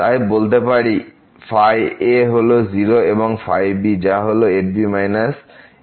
তাই বলতে পারি ϕ হল 0 এবং ϕ যা হল f b f এবং gb g